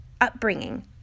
upbringing